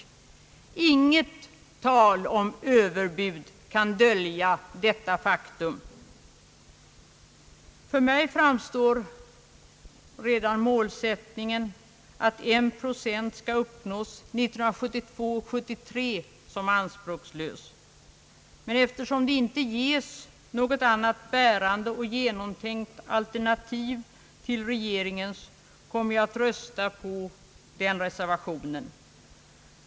Inget tal om överbud kan dölja detta faktum. För mig framstår redan målsättningen att en procent skall uppnås 1972/73 som anspråkslös, men eftersom det inte ges något annat bärande eller genomtänkt alternativ till regeringens, kommer jag att rösta på reservationen.